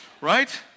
Right